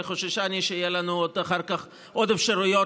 וחוששני שיהיו לנו אחר כך עוד אפשרויות